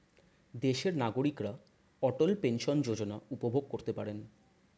দেশের নাগরিকরা অটল পেনশন যোজনা উপভোগ করতে পারেন